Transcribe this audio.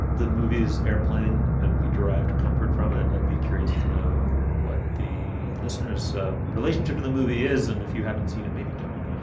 the movie is airplane, and we derived comfort from it. i'd be curious to know what the listeners relationship to the movie is. and if you haven't seen it, maybe don't,